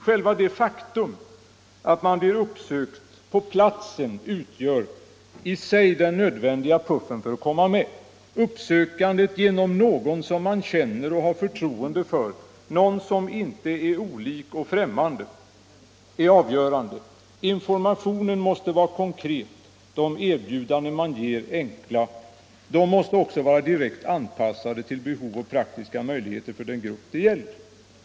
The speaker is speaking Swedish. Själva det faktum att man blir uppsökt på platsen utgör i sig den nödvändiga puffen för att komma med. Uppsökandet genom någon som man känner och har förtroende för, någon som inte är olik och främmande, är avgörande. Informationen måste vara konkret, de erbjudanden man ger enkla. De måste också vara direkt anpassade till behov och praktiska möjligheter för den grupp det gäller.